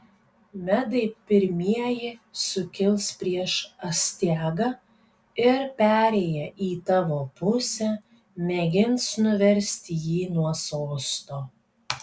medai pirmieji sukils prieš astiagą ir perėję į tavo pusę mėgins nuversti jį nuo sosto